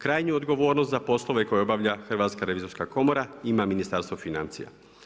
Krajnju odgovornost za poslove koje obavlja Hrvatska revizorska komora ima Ministarstvo financija.